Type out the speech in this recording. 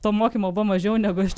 to mokymo buvo mažiau negu aš